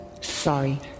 Sorry